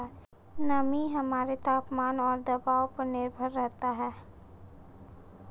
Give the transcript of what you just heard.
नमी हमारे तापमान और दबाव पर निर्भर करता है